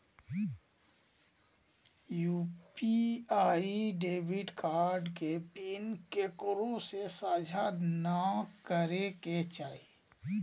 UPI debit card के PIN केकरो से साझा नइ करे के चाही